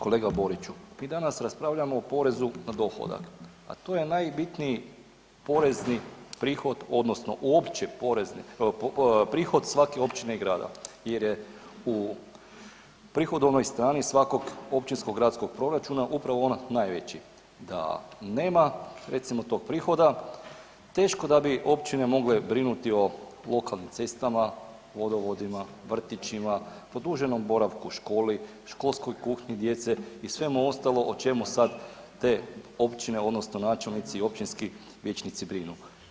Kolega Boriću, mi danas raspravljamo o porezu na dohodak, a to je najbitniji porezni prihod odnosno prihod svake općine i grada jer je u prihodovnoj strani svakog općinsko-gradskog proračuna upravo on najveći, da nema recimo tog prihoda teško da bi općine mogle brinuti o lokalnim cestama, vodovodima, vrtićima, produženom boravku u školi, školskoj kuhinji djece i svemu ostalom o čemu sada te općine odnosno načelnici općinski vijećnici brinu.